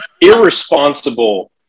irresponsible